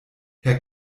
herr